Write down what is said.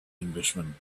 englishman